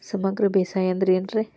ಸಮಗ್ರ ಬೇಸಾಯ ಅಂದ್ರ ಏನ್ ರೇ?